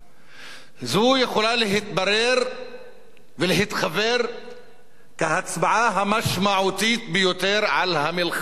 זו יכולה להתברר ולהתחוור כהצבעה המשמעותית ביותר על המלחמה הבאה,